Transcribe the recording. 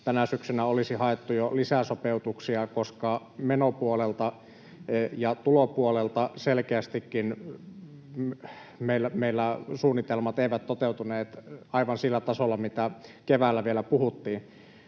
tänä syksynä olisi haettu jo lisäsopeutuksia, koska menopuolelta ja tulopuolelta selkeästikin meillä suunnitelmat eivät toteutuneet aivan sillä tasolla, mitä keväällä vielä puhuttiin.